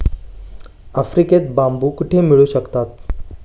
आफ्रिकेत बांबू कुठे मिळू शकतात?